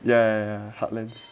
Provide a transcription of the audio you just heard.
ya heartlands